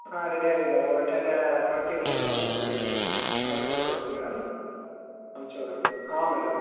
ஆ ரெடியாக இருக்குது மேம் ஒரு டென் டுவெண்ட்டி மினிட்ஸ்ல வந்துடும் மேடம் வீட்டுக்கு ஆட்ரு போட்டு விட்ருங்க மேடம் அனுச்சி விட்றேன் நான் ஆமாம் மேடம்